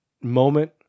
moment